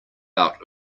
out